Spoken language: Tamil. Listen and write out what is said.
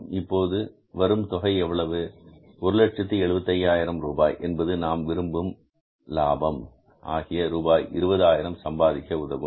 எனவே இப்போது வரும் தொகை எவ்வளவு 175000 ரூபாய் என்பது நாம் விரும்பும் லாபம் ஆகிய ரூபாய் 20000 சம்பாதிக்க உதவும்